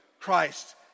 Christ